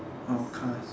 about cars